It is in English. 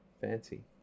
Fancy